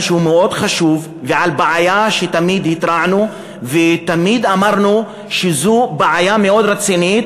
שהוא מאוד חשוב ועל בעיה שתמיד התרענו ותמיד אמרנו שהיא בעיה מאוד רצינית,